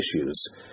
issues